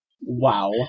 Wow